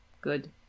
Good